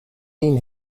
been